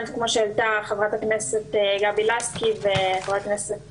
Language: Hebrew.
הנושא אותו העלתה חברת כנסת גבי לסקי וחבר הכנסת